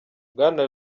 bwana